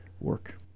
work